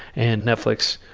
and netflix,